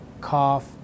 cough